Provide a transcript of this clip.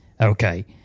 Okay